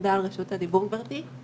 תודה על רשות הדיבור, גברתי.